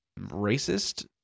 racist